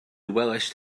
welaist